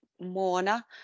Mona